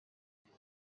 yes